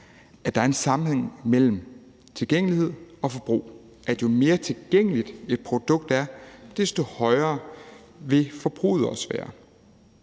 at der er en sammenhæng mellem tilgængelighed og forbrug – altså at jo mere tilgængeligt et produkt er, desto højere vil forbruget også være.